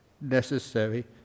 necessary